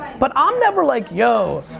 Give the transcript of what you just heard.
but i'm never like yo.